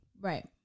Right